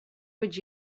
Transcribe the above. would